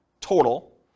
total